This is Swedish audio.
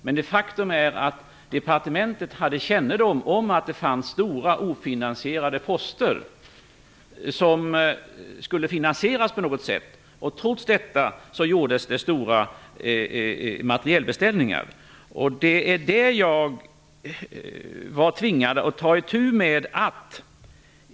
Men faktum är att departementet hade kännedom om att det fanns stora ofinansierade poster, som skulle finansieras på något sätt. Trots detta gjordes det stora materielbeställningar. Det var det jag var tvingad att ta itu med.